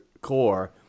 core